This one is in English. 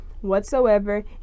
whatsoever